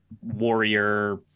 warrior